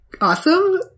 awesome